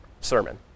sermon